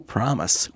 Promise